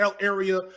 area